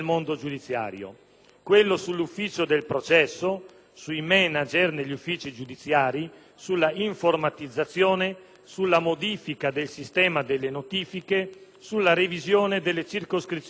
quello sull'ufficio del processo, sui *manager* negli uffici giudiziari, sull'informatizzazione, sulla modifica del sistema delle notifiche, sulla revisione delle circoscrizioni giudiziarie.